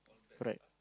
correct